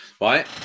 right